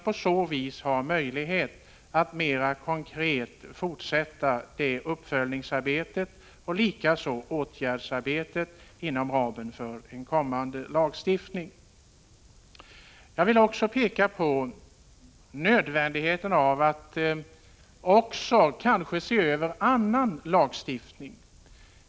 På så vis har vi möjlighet att fortsätta med uppföljningsarbetet och åtgärderna i väntan på en kommande lagstiftning. Jag vill också peka på att det kanske kan bli nödvändigt att se över även annan lagstiftning.